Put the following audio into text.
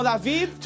David